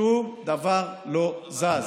שום דבר לא זז.